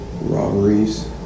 robberies